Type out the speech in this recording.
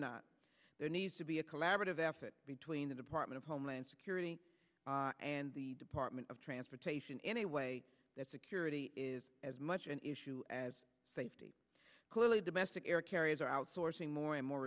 not there needs to be a collaborative effort between the department of homeland security and the department of transportation in a way that security is as much an issue as safety clearly domestic air carriers are outsourcing more and more